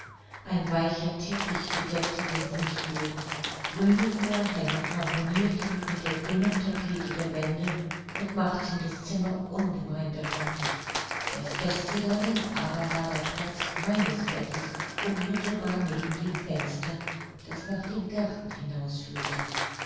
ein weicher teppich bedeckte den fußboden grüne vorhänge harmonirten mit der grünen tapete der wände und machten das zimmer ungemein behaglich das beste darin aber war der platz meines bettes unmittelbar neben dem fenster das nach dem garten hinaus führte